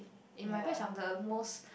in my batch I'm the most